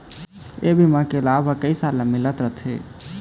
ए बीमा के लाभ ह कइ साल ले मिलत रथे